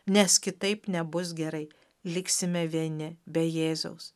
nes kitaip nebus gerai liksime vieni be jėzaus